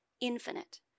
infinite